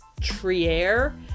Trier